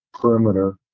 perimeter